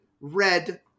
red